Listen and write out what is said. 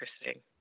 interesting